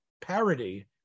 parody